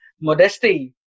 modesty